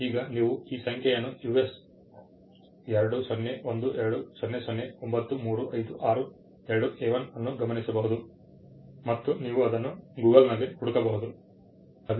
ಈಗ ನೀವು ಈ ಸಂಖ್ಯೆಯನ್ನು US 20120093562A1 ಅನ್ನು ಗಮನಿಸಬಹುದು ಮತ್ತು ನೀವು ಅದನ್ನು ಗೂಗಲ್ನಲ್ಲಿ ಹುಡುಕಬಹುದು www